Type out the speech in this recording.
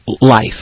life